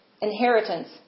inheritance